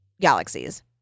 galaxies